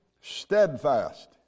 steadfast